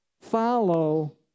Follow